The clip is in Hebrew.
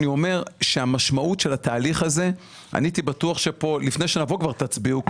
אני הייתי בטוח שלפני שנבוא כבר תצביעו,